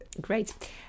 Great